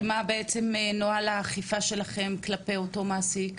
ומה בעצם נוהל האכיפה שלכם כלפי אותו מעסיק,